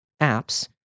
apps